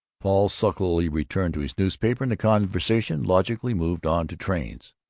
paul sulkily returned to his newspaper and the conversation logically moved on to trains.